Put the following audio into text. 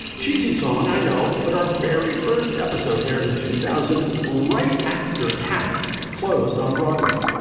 cheesy song, i know, but our very first episode aired in two thousand right after cats closed on broadway,